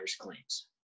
claims